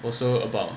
also about